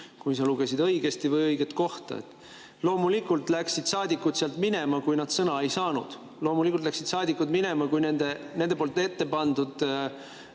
ikka lugesid õigesti ja õiget kohta. Loomulikult läksid saadikud sealt minema, kui nad sõna ei saanud, loomulikult läksid saadikud minema, kui nende tehtud ettepanekuid